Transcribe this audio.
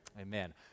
Amen